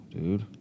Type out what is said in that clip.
dude